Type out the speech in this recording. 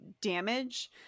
damage